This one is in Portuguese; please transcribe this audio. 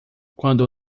quando